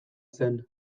zen